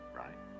right